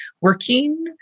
working